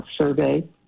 survey